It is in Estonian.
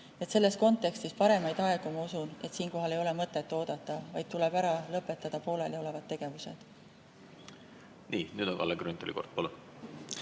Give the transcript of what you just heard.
Selles kontekstis paremaid aegu, ma usun, siinkohal ei ole mõtet oodata, vaid tuleb ära lõpetada pooleliolevad tegevused. Nii, nüüd on Kalle Grünthali kord, palun!